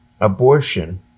abortion